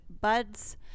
buds